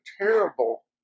terrible